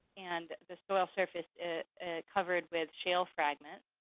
and the soil surface covered with shale fragments.